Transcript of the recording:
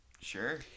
Sure